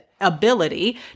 ability